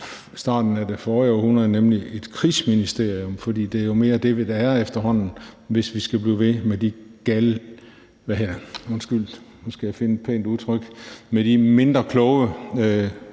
i starten af det forrige århundrede, nemlig et krigsministerium, for det er jo mere det, det efterhånden er, hvis vi skal blive ved med de gale – undskyld, nu skal jeg finde et pænt udtryk – med de mindre kloge